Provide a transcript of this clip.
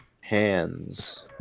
Hands